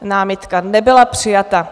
Námitka nebyla přijata.